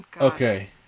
Okay